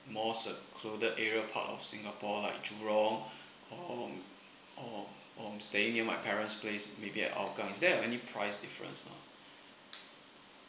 most uh crowded area part of singapore like jurong or or or staying near my parent's place maybe at hougang is there any price difference ah